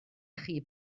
chi